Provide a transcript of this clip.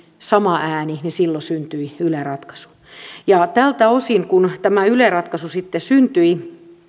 sama ääni niin silloin syntyi yle ratkaisu tältä osin kun tämä yle ratkaisu sitten syntyi